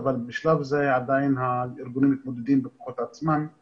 ויש את שתי המועצות האזוריות שנותנות שירות ליישובים המוכרים שלהן